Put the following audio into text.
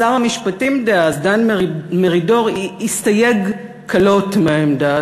שר המשפטים דאז דן מרידור הסתייג קלות מהעמדה